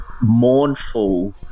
mournful